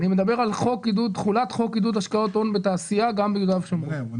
אני מדבר על תחולת חוק עידוד השקעות הון בתעשייה גם ביהודה ושומרון.